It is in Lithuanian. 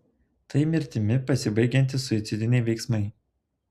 tai mirtimi pasibaigiantys suicidiniai veiksmai